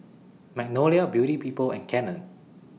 Magnolia Beauty People and Canon